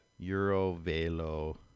Eurovelo